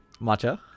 Matcha